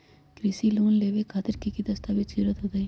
कृषि लोन लेबे खातिर की की दस्तावेज के जरूरत होतई?